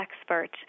expert